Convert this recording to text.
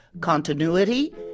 continuity